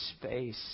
space